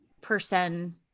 person